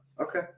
Okay